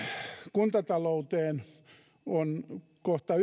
kuntatalouteen liittyy kohta